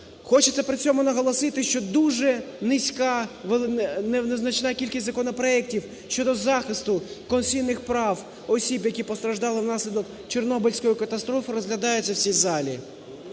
хочеться при цьому наголосити, що дуже низька, незначна кількість законопроектів щодо захисту конституційних прав осіб, які постраждали внаслідок Чорнобильської катастрофи, розглядається в цій залі.